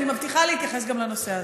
אני מבטיחה להתייחס גם לנושא הזה.